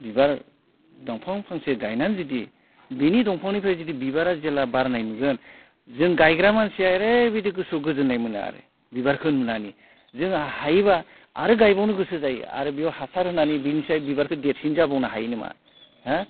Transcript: बिबार दंफां फांसे गायनानै जुदि बिनि दंफांनिफ्राय जुदि बिबारा जेला बारनाय नुगोन जों गायग्रा मानसिया एरैबायदि गोसोआव गोजोननाय मोनो आरो बिबारखो नुनानै जोङो हायोबा आरो गायबावनो गोसो जायो आरो बेयाव हासार होनानै बिनिसाय बिबारखौ देरसिन जाबावनो हायो नामा हो